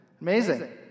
Amazing